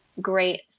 great